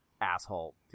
asshole